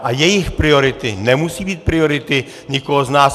A jejich priority nemusí být priority nikoho z nás.